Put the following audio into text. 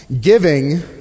giving